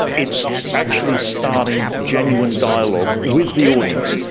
it's actually starting genuine dialogue with the audience.